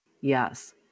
Yes